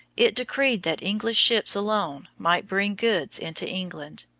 it decreed that english ships alone might bring goods into england.